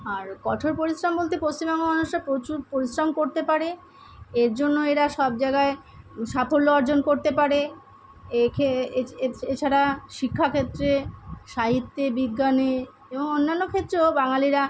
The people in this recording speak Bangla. আর কঠোর পরিশ্রম বলতে পশ্চিমবঙ্গ মানুষরা প্রচুর পরিশ্রম করতে পারে এর জন্য এরা সব জায়গায় সাফল্য অর্জন করতে পারে একে এছাড়া শিক্ষাক্ষেত্রে সাহিত্যে বিজ্ঞানে এবং অন্যান্য ক্ষেত্রেও বাঙালিরা